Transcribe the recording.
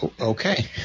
Okay